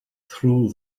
through